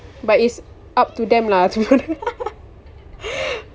but it's up to them lah